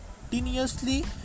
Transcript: continuously